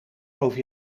over